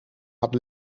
had